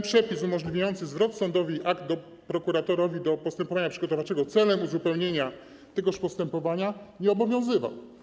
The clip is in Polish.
Przepis umożliwiający sądowi zwrot akt prokuratorowi do postępowania przygotowawczego celem uzupełnienia tegoż postępowania nie obowiązywał.